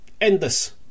Endless